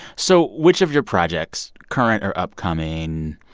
so which of your projects, current or upcoming,